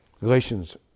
Galatians